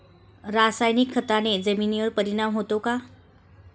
रासायनिक खताने जमिनीवर परिणाम होतो का?